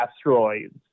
asteroids